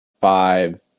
five